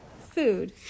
food